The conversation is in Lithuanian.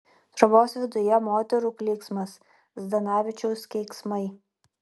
trobos viduje moterų klyksmas zdanavičiaus keiksmai